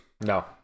No